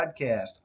Podcast